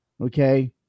okay